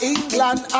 England